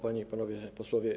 Panie i Panowie Posłowie!